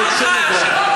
שאלות.